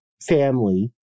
family